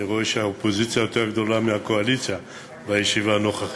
אני רואה שהאופוזיציה יותר גדולה מהקואליציה בישיבה הנוכחית.